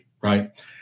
Right